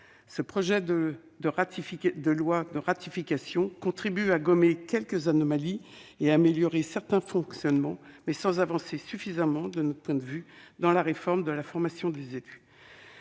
Ce projet de loi de ratification vise à gommer quelques anomalies et à améliorer certains fonctionnements, mais sans avancer suffisamment dans la réforme de la formation des élus.